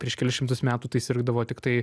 prieš kelis šimtus metų tai sirgdavo tiktai